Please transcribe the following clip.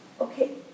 okay